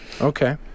Okay